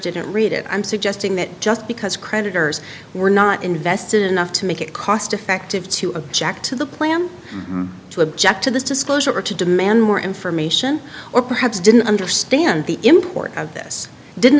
didn't read it i'm suggesting that just because creditors were not invested enough to make it cost effective to object to the plan to object to this disclosure or to demand more information or perhaps didn't understand the import of this didn't